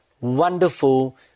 wonderful